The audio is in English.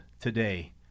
today